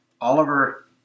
Oliver